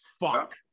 fuck